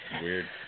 Weird